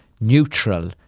neutral